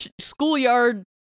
schoolyard